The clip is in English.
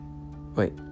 wait